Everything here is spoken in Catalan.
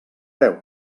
veu